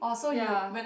ya